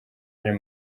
real